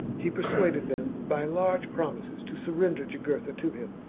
he persuaded them, by large promises, to surrender jugurtha to him,